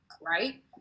right